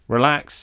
Relax